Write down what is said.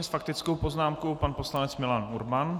S faktickou poznámkou pan poslanec Milan Urban.